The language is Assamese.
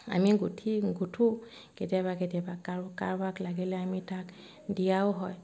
আমি গোঁঠি গোঁঠো কেতিয়াবা কেতিয়াবা কাৰো কাৰোবাক লাগিলে আমি তাক দিয়াও হয়